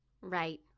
Right